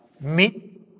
meet